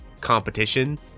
competition